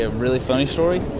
ah really funny story.